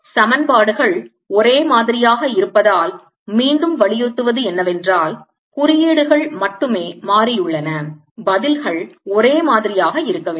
சமன்பாடுகள் ஒரே மாதிரியாக இருப்பதால் மீண்டும் வலியுறுத்துவது என்னவென்றால் குறியீடுகள் மட்டுமே மாறியுள்ளன பதில்கள் ஒரே மாதிரியாக இருக்க வேண்டும்